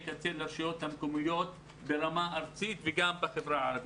קצה לרשויות המקומיות ברמה ארצית וגם בחברה הערבית.